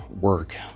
work